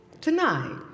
tonight